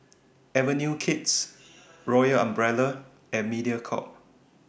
Avenue Kids Royal Umbrella and Mediacorp